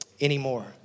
Anymore